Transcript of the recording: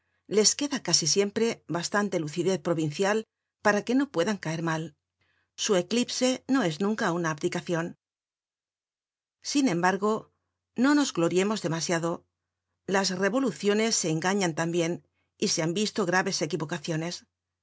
les queda casi siempre bastante lucidez providencial para que no puedan caer mal su eclipse no es nunca una abdicacion sin embargo no nos gloriemos demasiado las revoluciones se engañan tambien y se han visto graves equivocaciones